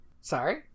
Sorry